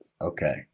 Okay